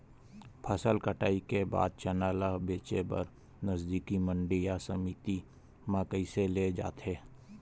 फसल कटाई के बाद चना ला बेचे बर नजदीकी मंडी या समिति मा कइसे ले जाथे?